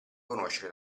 conoscere